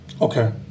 okay